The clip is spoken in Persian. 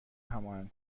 هماهنگ